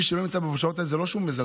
מי שלא נמצא פה בשעות האלה זה לא שהוא מזלזל,